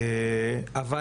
אבל,